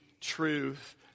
truth